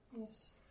Yes